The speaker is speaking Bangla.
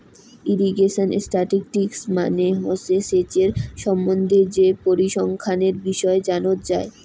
ইরিগেশন স্ট্যাটিসটিক্স মানে হসে সেচের সম্বন্ধে যে পরিসংখ্যানের বিষয় জানত যাই